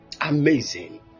Amazing